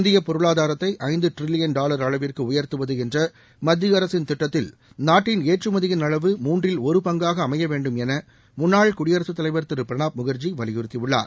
இந்திய பொருளாதாரத்தை ஐந்து ட்ரில்லியன் டாவா் அளவிற்கு உயா்த்துவது என்ற மத்திய அரசின் திட்டத்தில் நாட்டின் ஏற்றுமதியின் அளவு மூன்றில் ஒரு பங்காக அமைய வேண்டும் என முன்னாள் குடியரசுத்தலைவர் திரு பிரணாப் முகர்ஜி வலியுறுத்தியுள்ளார்